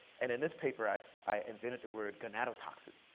and in this paper, i i invented the word, gonadotoxin.